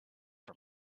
for